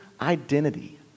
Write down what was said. identity